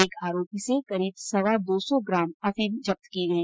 एक आरोपी से करीब सवा दो सौ ग्राम अफीम जब्त की गई